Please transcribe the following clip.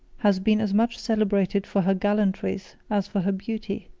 has been as much celebrated for her gallantries as for her beauty.